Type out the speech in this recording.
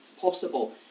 possible